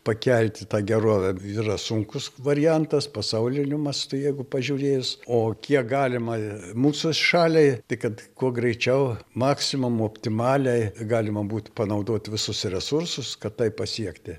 pakelti tą gerovę yra sunkus variantas pasauliniu mastu jeigu pažiūrėjus o kiek galima mūsų šaliai tai kad kuo greičiau maksimum optimaliai galima būt panaudot visus resursus kad tai pasiekti